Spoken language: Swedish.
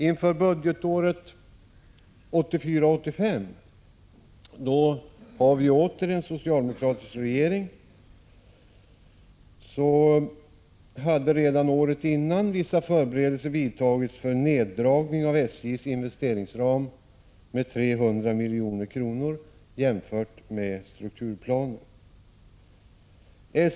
Inför budgetåret 1984/85 hade vi åter en socialdemokratisk regering. Redan året innan hade vissa förberedelser vidtagits för neddragning av SJ:s investeringsram med 300 milj.kr. jämfört med strukturplanen.